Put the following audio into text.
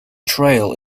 trail